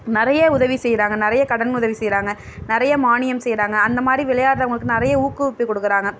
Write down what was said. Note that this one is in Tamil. நிறைய உதவி செய்கிறாங்க நிறைய கடன் உதவி செய்கிறாங்க நிறைய மானியம் செய்கிறாங்க அந்த மாதிரி விளையாடுறவங்களுக்கு நிறைய ஊக்குவிப்பு கொடுக்குறாங்க